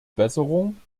besserung